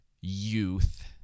youth